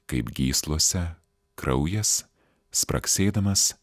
kaip gyslose kraujas spragsėdamas